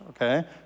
okay